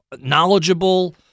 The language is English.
knowledgeable